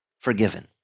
forgiven